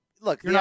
look